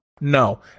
No